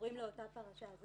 שקשורים לאותה פרשה.